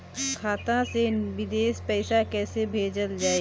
खाता से विदेश पैसा कैसे भेजल जाई?